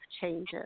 changes